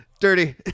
dirty